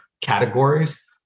categories